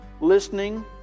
listening